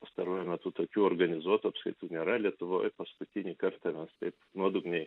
pastaruoju metu tokių organizuotų apskaitų nėra lietuvoj paskutinį kartą mes taip nuodugniai